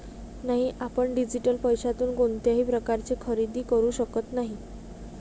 नाही, आपण डिजिटल पैशातून कोणत्याही प्रकारचे खरेदी करू शकत नाही